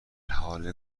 حال